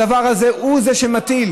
הדבר הזה הוא זה שמטיל,